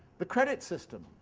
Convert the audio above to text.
the credit system.